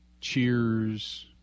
Cheers